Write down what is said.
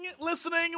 listening